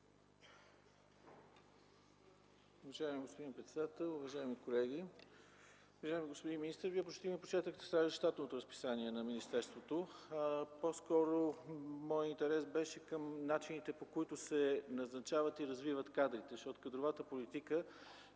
Уважаеми господин председател, уважаеми колеги! Уважаеми господин министър, Вие почти ни прочетохте щатното разписание на министерството. По-скоро моят интерес беше към начините, по които се назначават и развиват кадрите, защото кадровата политика